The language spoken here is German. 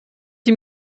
ihm